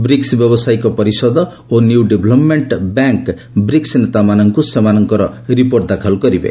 BRICS ବ୍ୟବସାୟିକ ପରିଷଦ ଓ ନିଉ ଡେଭଲପ୍ମେଣ୍ଟ ବ୍ୟାଙ୍କ ବ୍ରିକ୍ନ ନେତାମାନଙ୍କୁ ସେମାନଙ୍କର ରିପୋର୍ଟ ଦାଖଲ କରିବେ